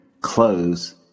close